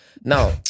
Now